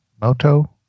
Moto